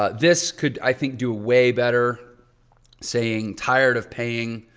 ah this could i think do a way better saying tired of paying